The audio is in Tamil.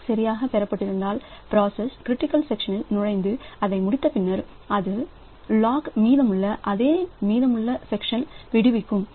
லாக் சரியாகப் பெறப்பட்டிருந்தால் பிராசஸ் கிரிட்டிக்கல் சக்சன் நுழைந்து அதைமுடித்த பின்னர் அது லாக் மீதமுள்ள அதே மீதமுள்ள சக்சன் விடுவிக்கும்